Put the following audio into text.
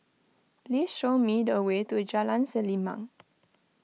please show me the way to Jalan Selimang